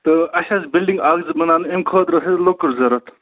تہٕ اَسہِ آسہٕ بِلڈِنٛگ اَکھ زٕ بناونہِ اَمہِ خٲطرٕ ٲسۍ اَسہِ لٔکٕر ضروٗرت